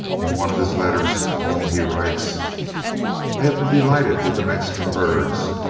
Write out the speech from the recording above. in one of his letters home he writes i have been delighted with the mexican birds.